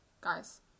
guys